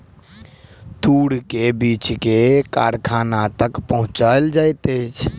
तूर के बीछ के कारखाना तक पहुचौल जाइत अछि